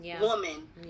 woman